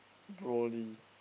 Broly